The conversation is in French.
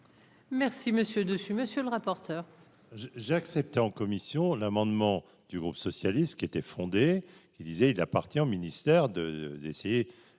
Merci messieurs de ce monsieur le rapporteur. J'ai accepté en commission l'amendement du groupe socialiste qui était fondée, qui disait, il appartient au ministère de d'essayer